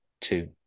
two